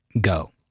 go